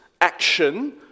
action